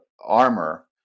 armor